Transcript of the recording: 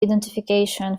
identification